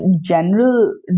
general